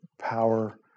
power